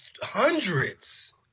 hundreds